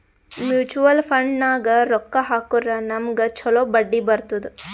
mutual ಫಂಡ್ನಾಗ್ ರೊಕ್ಕಾ ಹಾಕುರ್ ನಮ್ಗ್ ಛಲೋ ಬಡ್ಡಿ ಬರ್ತುದ್